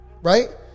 right